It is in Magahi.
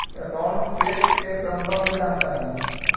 अकाउंट चेक के सम्बन्ध जानकारी?